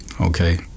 Okay